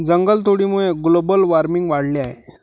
जंगलतोडीमुळे global warming वाढले आहे